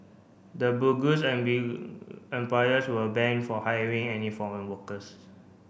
the bogus employers will banned from hiring any foreign workers